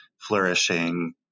flourishing